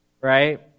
Right